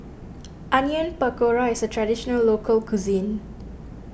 Onion Pakora is a Traditional Local Cuisine